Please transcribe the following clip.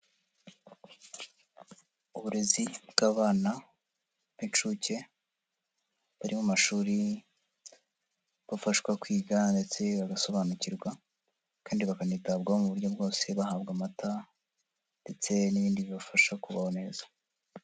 Uburezi bw'abana b'inshuke bari mu mashuri bafashwa kwiga ndetse bagasobanukirwa kandi bakanitabwaho mu buryo bwose bahabwa amata ndetse n'ibindi bibafasha kubaho neza.